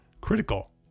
critical